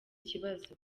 kibazo